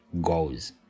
goals